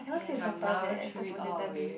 and then my mum threw it all away